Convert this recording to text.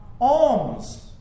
Alms